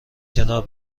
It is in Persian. کنار